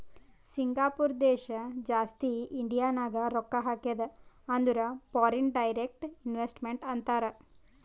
Singapore ದೇಶ ಜಾಸ್ತಿ ಇಂಡಿಯಾನಾಗ್ ರೊಕ್ಕಾ ಹಾಕ್ಯಾದ ಅಂದುರ್ ಫಾರಿನ್ ಡೈರೆಕ್ಟ್ ಇನ್ವೆಸ್ಟ್ಮೆಂಟ್ ಅಂತಾರ್